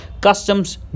customs